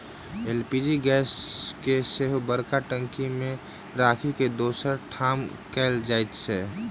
LPG gas के सेहो बड़का टंकी मे राखि के दोसर ठाम कयल जाइत छै